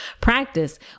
practice